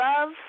love